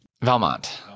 Valmont